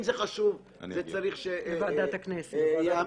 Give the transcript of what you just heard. אם זה חשוב, זה חשוב שזה ייאמר.